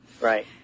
right